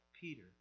Peter